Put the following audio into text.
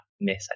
miss